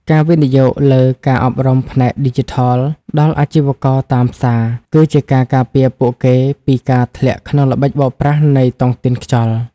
ការវិនិយោគលើ "ការអប់រំផ្នែកឌីជីថល" ដល់អាជីវករតាមផ្សារ គឺជាការការពារពួកគេពីការធ្លាក់ក្នុងល្បិចបោកប្រាស់នៃតុងទីនខ្យល់។